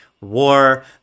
war